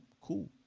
Cool